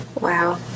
Wow